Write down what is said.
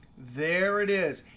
there it is,